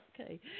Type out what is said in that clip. Okay